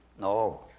No